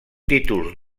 títols